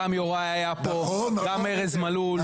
גם יוראי היה פה, גם ארז מלול.